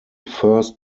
first